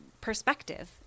perspective